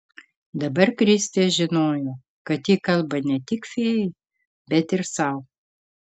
dabar kristė žinojo kad ji kalba ne tik fėjai bet ir sau